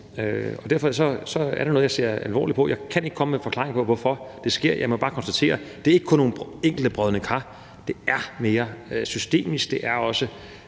Derfor er det noget, jeg ser alvorligt på. Jeg kan ikke komme med en forklaring på, hvorfor det sker. Jeg må bare konstatere, at det ikke kun er nogle enkelte brodne kar. Det er mere systemisk,